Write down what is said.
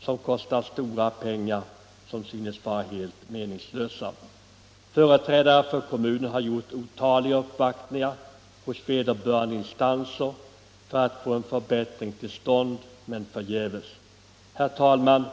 som kostat stora pengar och nu synes vara meningslösa. Företrädare för kommunen har gjort otaliga uppvaktningar hos vederbörande instanser för att få en förbättring till stånd, men för gäves. Herr talman!